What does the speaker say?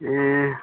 ए